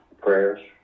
prayers